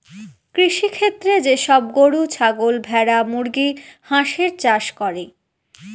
কৃষিক্ষেত্রে যে সব গরু, ছাগল, ভেড়া, মুরগি, হাঁসের চাষ করে